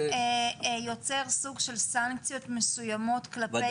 האם משרד החינוך יוצר סוג של סנקציות מסוימות כלפי